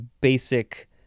basic